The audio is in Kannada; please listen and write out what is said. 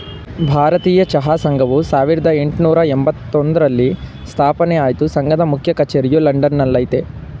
ಭಾರತೀಯ ಚಹಾ ಸಂಘವು ಸಾವಿರ್ದ ಯೆಂಟ್ನೂರ ಎಂಬತ್ತೊಂದ್ರಲ್ಲಿ ಸ್ಥಾಪನೆ ಆಯ್ತು ಸಂಘದ ಮುಖ್ಯ ಕಚೇರಿಯು ಲಂಡನ್ ನಲ್ಲಯ್ತೆ